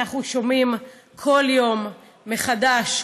אנחנו שומעים כל יום מחדש,